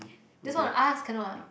this one I ask cannot ah